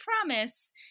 promise